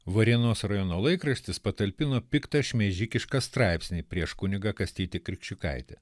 varėnos rajono laikraštis patalpino piktą šmeižikišką straipsnį prieš kunigą kastytį krikščiukaitį